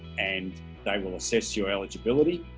and they will assess your eligibility